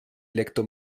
electo